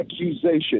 accusation